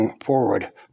forward